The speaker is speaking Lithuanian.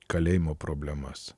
kalėjimo problemas